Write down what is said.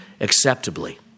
acceptably